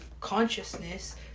consciousness